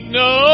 no